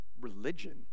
religion